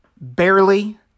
Barely